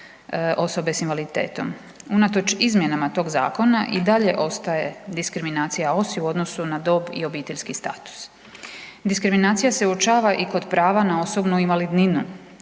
osobe s invaliditetom. Unatoč izmjenama tog zakona i dalje ostaje diskriminacija OSI u odnosu na dob i obiteljski status. Diskriminacija se uočava i kod prava na osobnu invalidninu